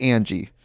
Angie